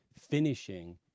finishing